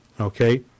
okay